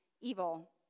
evil